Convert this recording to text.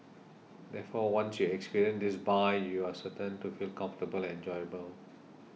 therefore once you experience this bar you are certain to feel comfortable and enjoyable